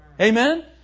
Amen